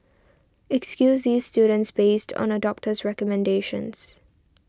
excuse these students based on a doctor's recommendations